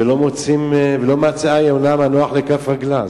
ולא מצאה היונה מנוח לכף רגלה.